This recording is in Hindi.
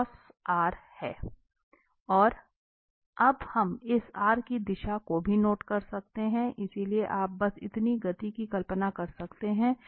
और अब हम इस की दिशा को भी नोट करते हैं इसलिए आप बस इस गति की कल्पना कर सकते हैं